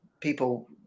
people